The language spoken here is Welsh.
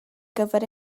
gyfer